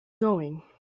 going